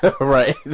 Right